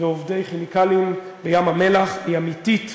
ועובדי "כימיקלים לישראל" בים-המלח היא אמיתית,